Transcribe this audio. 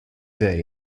day